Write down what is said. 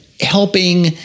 helping